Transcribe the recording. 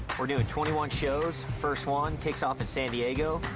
we're doing twenty one shows. first one kicks off in san diego.